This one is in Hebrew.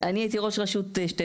אני הייתי ראש רשות 12 שנים.